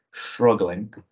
struggling